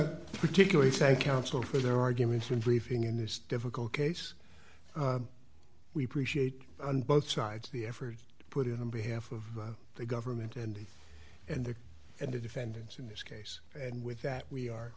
school for their arguments and briefing in this difficult case we appreciate on both sides the effort put in on behalf of the government and and the and the defendants in this case and with that we are